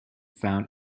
found